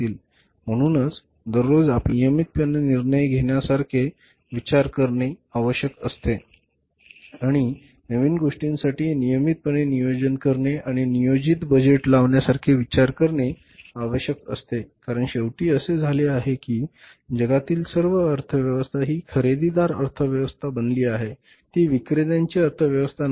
म्हणूनच दररोज आपल्याला नियमितपणे निर्णय घेण्यासारखे विचार करणे आवश्यक असते आणि नवीन गोष्टींसाठी नियमितपणे नियोजन करणे आणि नियोजित बजेट लावण्यासारखे विचार करणे आवश्यक असते कारण शेवटी असे झाले आहे की जगातील सर्व अर्थव्यवस्था ही खरेदीदार अर्थव्यवस्था बनली आहेत ती विक्रेतांची अर्थव्यवस्था नाही